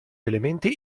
elementi